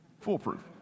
foolproof